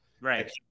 right